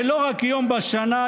ולא רק יום בשנה,